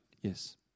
Yes